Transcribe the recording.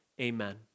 Amen